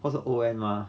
他是 O M mah